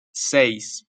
seis